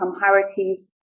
hierarchies